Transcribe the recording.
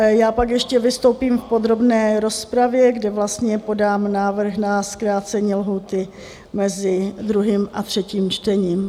Já pak ještě vystoupím v podrobné rozpravě, kde podám návrh na zkrácení lhůty mezi druhým a třetím čtením.